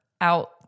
out